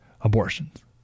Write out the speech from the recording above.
abortions